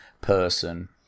person